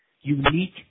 unique